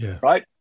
right